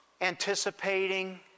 anticipating